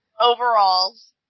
Overalls